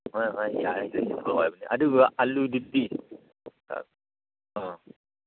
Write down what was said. ꯍꯣꯏ ꯍꯣꯏ ꯌꯥꯔꯦ ꯑꯗꯨꯒ ꯑꯂꯨꯗꯨꯗꯤ ꯑꯣ